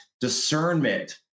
discernment